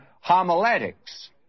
homiletics